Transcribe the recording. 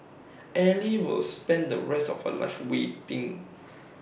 ally will spend the rest of A life waiting